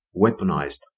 weaponized